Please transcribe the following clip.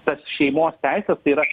tas šeimos teises tai yra